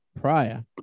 prior